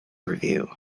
revue